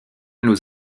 nous